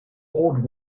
old